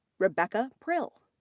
rebecca prill.